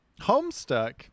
Homestuck